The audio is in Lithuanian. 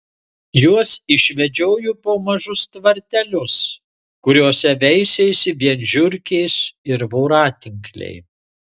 juos išvedžiojo po mažus tvartelius kuriuose veisėsi vien žiurkės ir voratinkliai